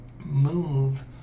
move